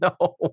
no